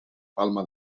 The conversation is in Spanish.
palma